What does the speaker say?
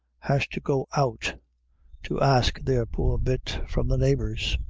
has to go out to ask their poor bit from the neighbors.